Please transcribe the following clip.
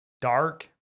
dark